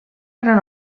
gran